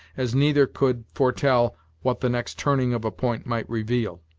as neither could foretell what the next turning of a point might reveal.